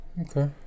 Okay